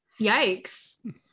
Yikes